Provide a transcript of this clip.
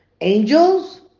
Angels